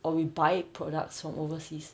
or we buy products from overseas